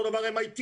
אותו דבר MIT,